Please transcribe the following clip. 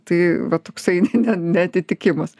tai va toksai ne neatitikimas